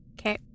Okay